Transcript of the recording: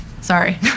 Sorry